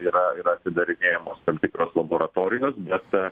yra ir atidarinėjamos tam tikros laboratorijos bet